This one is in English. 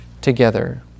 together